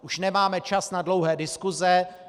Už nemáme čas na dlouhé diskuse.